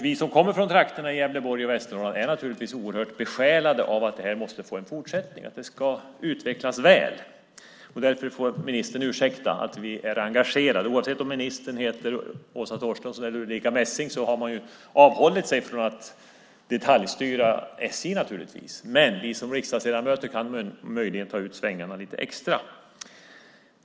Vi som kommer från trakterna kring Gävleborg och från Västernorrland är naturligtvis oerhört besjälade av att det här får en fortsättning och utvecklas väl. Därför får ministern ursäkta att vi är engagerade. Oavsett om ministern heter Åsa Torstensson eller om ministern heter Ulrica Messing har man givetvis avhållit sig från att detaljstyra SJ. Men vi riksdagsledamöter kan möjligen ta ut svängarna lite extra.